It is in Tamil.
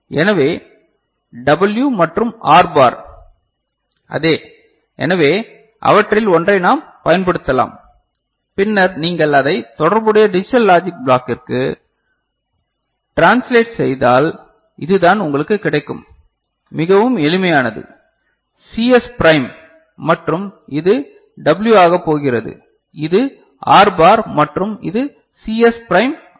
எனவே W மற்றும் R பார் அதே எனவே அவற்றில் ஒன்றை நாம் பயன்படுத்தலாம் பின்னர் நீங்கள் அதை தொடர்புடைய டிஜிட்டல் லாஜிக் பிளாக்கிற்கு ட்ரான்ஸ்லேட் செய்தால் இதுதான் உங்களுக்குக் கிடைக்கும் மிகவும் எளிமையானது சிஎஸ் பிரைம் மற்றும் இது W ஆகப் போகிறது இது ஆர் பார் மற்றும் இது சிஎஸ் பிரைம் ஆர்